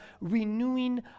renewing